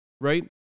Right